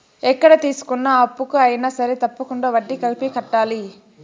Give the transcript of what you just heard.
ఎక్కడ తీసుకున్న అప్పుకు అయినా సరే తప్పకుండా వడ్డీ కలిపి కట్టాలి